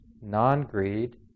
non-greed